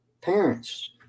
parents